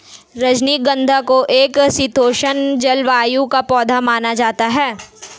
रजनीगंधा को एक शीतोष्ण जलवायु का पौधा माना जाता है